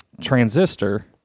transistor